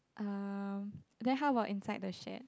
uh then how about inside the shed